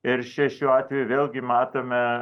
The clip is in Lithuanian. ir šie šiuo atveju vėlgi matome